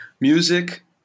music